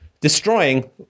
destroying